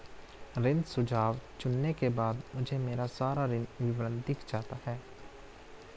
ऋण सुझाव चुनने के बाद मुझे मेरा सारा ऋण विवरण दिख जाता है